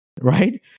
right